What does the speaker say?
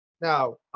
Now